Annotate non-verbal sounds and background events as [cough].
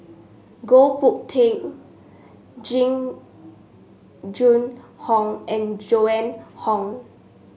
Goh Boon [unintelligible] Jing Jun Hong and Joan Hon